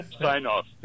sign-off